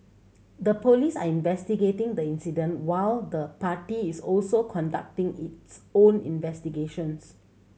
the police are investigating the incident while the party is also conducting its own investigations